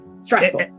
stressful